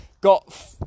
got